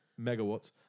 megawatts